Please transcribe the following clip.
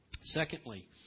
Secondly